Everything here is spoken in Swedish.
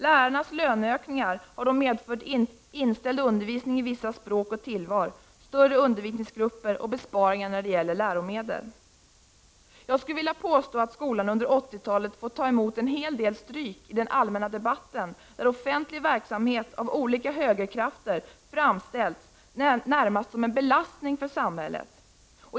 Lärarnas löneökningar har medfört inställd undervisning i vissa språk och tillval, större undervisningsgrupper och inbesparingar av läromedel. Jag skulle vilja påstå att skolan under 1980-talet fått ta emot en hel del stryk i den allmänna debatten, där offentlig verksamhet av olika högerkrafter framställts närmast som en belastning för samhället.